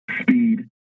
speed